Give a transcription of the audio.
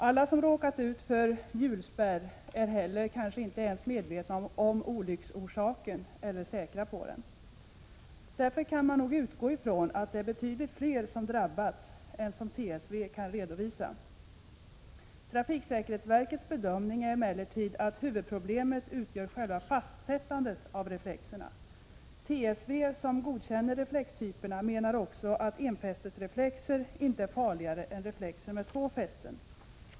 Alla som råkat ut för hjulspärr är kanske inte ens medvetna om olycksorsaken eller säkra på den. Därför kan man nog utgå ifrån att det är betydligt fler som drabbats än som TSV kan redovisa. Trafiksäkerhetsverkets bedömning är emellertid att huvudproblemet utgörs av hela fastsättandet av reflexerna. TSV — som godkänner reflextyperna — menar också att enfästesreflexer inte är farligare än reflexer med två fästen.